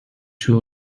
two